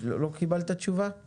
לא קיבלת תשובה?